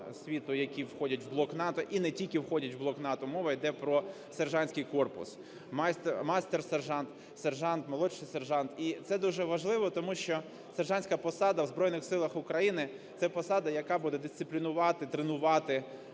світу, які входять в блок НАТО, і не тільки входять в блок НАТО. Мова йде про сержантський корпус: майстер-сержант, сержант, молодший сержант. І це дуже важливо тому що сержантська посада в Збройних Силах України – це посада, яка буде дисциплінувати, тренувати